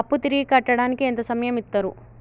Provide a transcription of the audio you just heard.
అప్పు తిరిగి కట్టడానికి ఎంత సమయం ఇత్తరు?